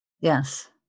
yes